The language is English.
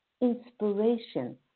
inspiration